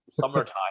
summertime